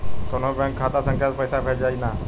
कौन्हू बैंक के खाता संख्या से पैसा भेजा जाई न?